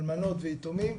אלמנות ויתומים,